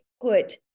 put